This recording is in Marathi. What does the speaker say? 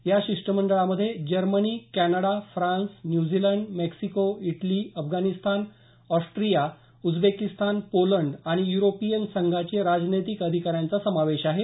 या शिष्टमंडळामधे Germany Canada France New Zealand Mexico Italy Afghanistan Austria Uzbekistan Poland आणि य्रोपियन संघाचे राजनैतिक अधिकाऱ्यांचा समावेश आहे